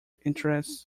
interests